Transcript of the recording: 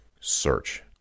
search